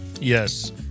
Yes